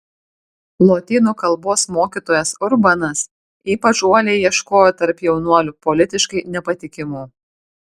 lotynų kalbos mokytojas urbanas ypač uoliai ieškojo tarp jaunuolių politiškai nepatikimų